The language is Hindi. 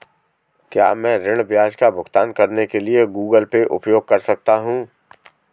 क्या मैं ऋण ब्याज का भुगतान करने के लिए गूगल पे उपयोग कर सकता हूं?